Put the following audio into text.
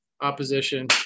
opposition